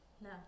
No